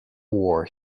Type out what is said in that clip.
war